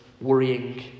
worrying